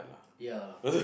ya lah